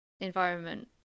environment